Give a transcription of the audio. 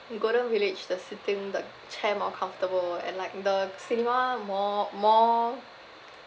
golden village the seating the chair more comfortable and like the cinema more more